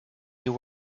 you